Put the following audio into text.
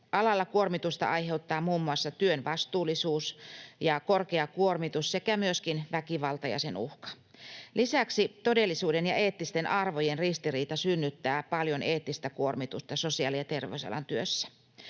Alalla kuormitusta aiheuttaa muun muassa työn vastuullisuus ja korkea kuormitus sekä myöskin väkivalta ja sen uhka. Lisäksi todellisuuden ja eettisten arvojen ristiriita synnyttää paljon eettistä kuormitusta sosiaali- ja terveysalan työssä.